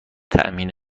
تأمین